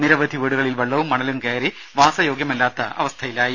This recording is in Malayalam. നിരവധി വീടുകളിൽ വെള്ളവും മണലും കയറി വാസയോഗ്യമല്ലാത്ത അവസ്ഥയിലായി